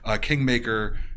Kingmaker